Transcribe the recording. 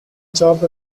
job